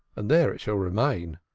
and there it shall remain.